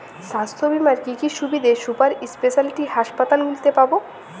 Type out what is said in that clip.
স্বাস্থ্য বীমার কি কি সুবিধে সুপার স্পেশালিটি হাসপাতালগুলিতে পাব?